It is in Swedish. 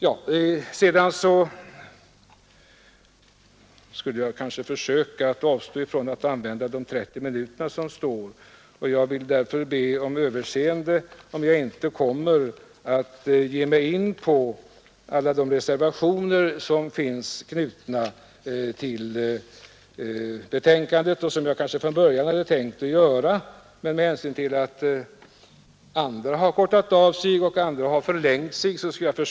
Jag borde kanske försöka avstå från att använda mina 30 minuter. Jag ber därför om överseende om jag inte går in på alla de reservationer som finns knutna till betänkandet och som jag från början hade tänkt ta upp. En del talare har kortat av sina anföranden och andra har talat längre tid än de anmält sig för.